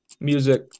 Music